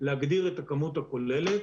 להגדיר את הכמות הכוללת,